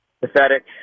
Pathetic